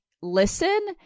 listen